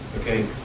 Okay